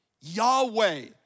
Yahweh